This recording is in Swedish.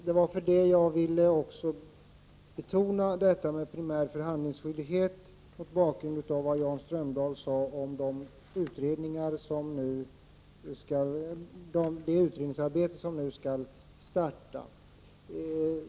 Det var därför jag ville betona den primära förhandlingsskyldigheten, mot bakgrund av det Jan Strömdahl sade om det utredningsarbete som nu skall starta.